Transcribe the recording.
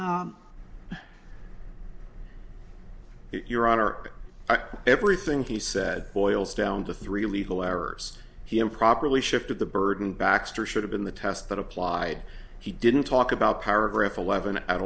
at your arc everything he said boils down to three legal errors he improperly shifted the burden baxter should have been the test that applied he didn't talk about paragraph eleven at